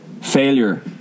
Failure